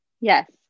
Yes